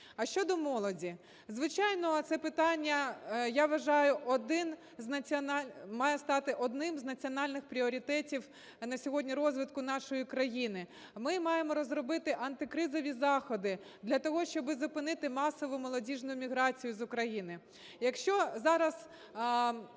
А щодо молоді, звичайно, це питання, я вважаю, має стати одним з національних пріоритетів на сьогодні розвитку нашої країни. Ми маємо розробити антикризові заходи для того, щоби зупинити масову молодіжну міграцію з України.